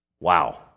Wow